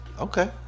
Okay